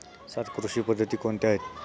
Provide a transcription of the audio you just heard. सात कृषी पद्धती कोणत्या आहेत?